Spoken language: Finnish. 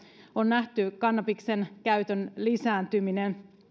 on nähty kannabiksen käytön lisääntyminen